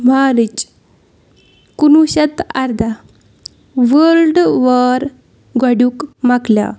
مارٕچ کُنوُہ شیٚتھ تہٕ اَرداہ وٲلڈٕ وار گۄڈنیُٚک مۄکلیٛو